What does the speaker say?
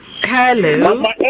hello